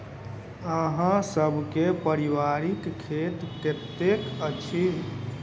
अहाँ सब के पारिवारिक खेत कतौ अछि?